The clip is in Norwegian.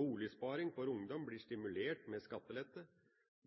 Boligsparing for ungdom blir stimulert med skattelette.